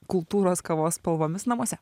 kultūros kavos spalvomis namuose